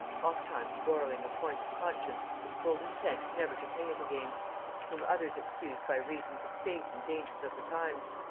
oft-times borrowing a point of conscience with full intent never to pay it again whom others excused by reasons of state and dangers of the times.